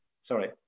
Sorry